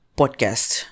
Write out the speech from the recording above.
podcast